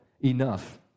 enough